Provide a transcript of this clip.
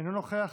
אינו נוכח.